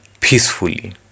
peacefully